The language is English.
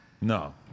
no